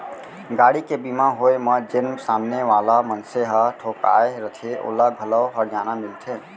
गाड़ी के बीमा होय म जेन सामने वाला मनसे ह ठोंकाय रथे ओला घलौ हरजाना मिलथे